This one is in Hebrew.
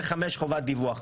חמישית, חובת דיווח.